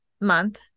month